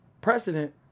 precedent